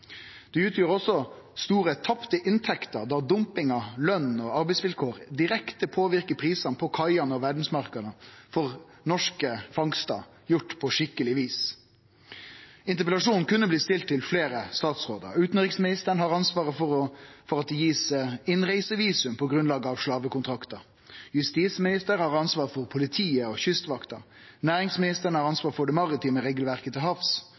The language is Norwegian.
Det utgjer også store tapte inntekter, da dumping av løn og arbeidsvilkår direkte påverkar prisane på kaiene og verdsmarknaden for norske fangstar tatt på skikkeleg vis. Interpellasjonen kunne vore stilt til fleire statsrådar: Utanriksministeren har ansvaret for at det blir gitt innreisevisum på grunnlag av slavekontraktar, justisministeren har ansvar for politiet og Kystvakta, næringsministeren har ansvar for det maritime regelverket til havs,